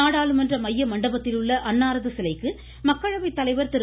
நாடாளுமன்ற மைய மண்டபத்திலுள்ள அன்னாரது சிலைக்கு மக்களவை தலைவா் திரு